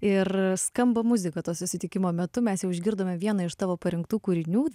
ir skamba muzika to susitikimo metu mes jau išgirdome vieną iš tavo parinktų kūrinių